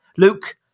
Luke